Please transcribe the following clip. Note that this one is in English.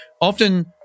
often